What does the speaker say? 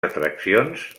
atraccions